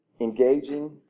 engaging